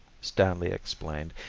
stanley explained,